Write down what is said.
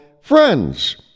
Friends